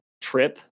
trip